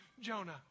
Jonah